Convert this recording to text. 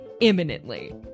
imminently